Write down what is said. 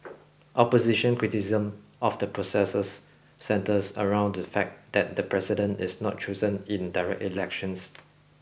opposition criticism of the processes centres around the fact that the president is not chosen in direct elections